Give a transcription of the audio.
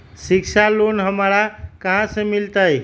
शिक्षा लोन हमरा कहाँ से मिलतै?